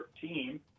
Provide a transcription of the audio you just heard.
team